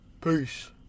Peace